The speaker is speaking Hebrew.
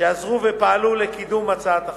שעזרו ופעלו לקידום הצעת החוק.